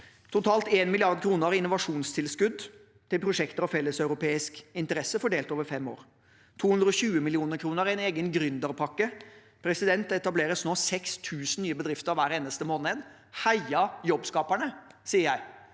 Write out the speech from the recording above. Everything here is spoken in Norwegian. totalt 1 mrd. kr i innovasjonstilskudd til prosjekter av felles europeisk interesse, fordelt over fem år, og 220 mill. kr i en egen gründerpakke. Det etableres nå 6 000 nye bedrifter hver eneste måned. Heia jobbskaperne, sier jeg,